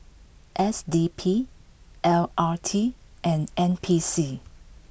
S D P L R T and N P C